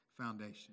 foundation